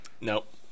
nope